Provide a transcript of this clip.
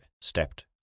stepped